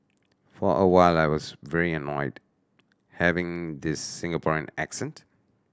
for a while I was very annoyed having this Singaporean accent